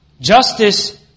Justice